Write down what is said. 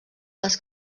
les